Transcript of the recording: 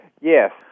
Yes